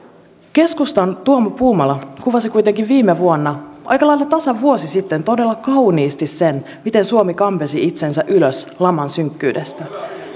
keskustan tuomo puumala kuvasi kuitenkin viime vuonna aika lailla tasan vuosi sitten todella kauniisti sen miten suomi kampesi itsensä ylös laman synkkyydestä